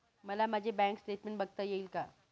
मला माझे bank statement बघता येईल का?